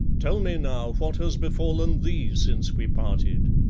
tell me now, what has befallen thee since we parted?